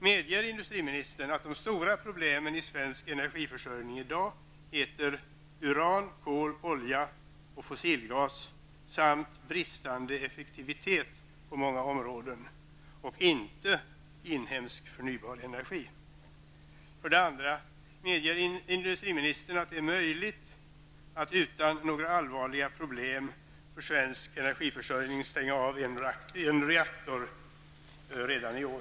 Medger industriministern att de stora problemen i svensk energiförsörjning heter uran, kol, olja, fossilgas och bristande effektivitet -- inte inhemsk förnybar energi? 2. Medger industriministern att det är möjligt att utan några allvarliga problem för svensk energiförsörjning stänga av en reaktor i år?